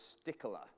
stickler